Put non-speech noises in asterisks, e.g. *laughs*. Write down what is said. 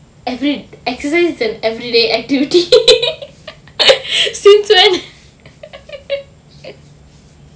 every exercise is an everyday activity *laughs* since when *laughs*